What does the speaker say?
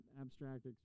Abstract